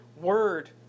word